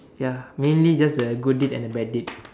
ya mainly just the good deed and the bad deed